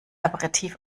aperitif